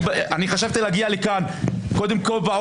אני חשבתי להגיע לכאן וקודם כול להחמיר